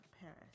Paris